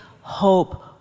hope